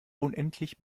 unendlich